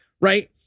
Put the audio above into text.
Right